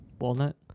Walnut